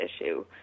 issue